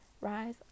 rise